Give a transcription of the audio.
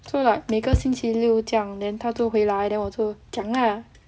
so like 每个星期六这样 then 她都回来 then 我就讲 lah